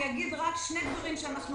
אומר שני דברים שאנו